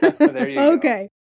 Okay